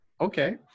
okay